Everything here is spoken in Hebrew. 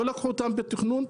לא לקחו אותם בחשבון בתכנון,